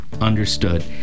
Understood